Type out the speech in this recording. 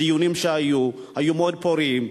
הדיונים שהיו, היו מאוד פוריים.